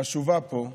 חשובה פה,